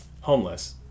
homeless